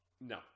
No